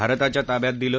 भारताच्या ताब्यात दिलं